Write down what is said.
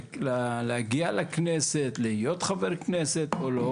תהיתי לעצמי אם להגיע לכנסת, להיות חבר כנסת או לא